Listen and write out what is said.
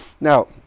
Now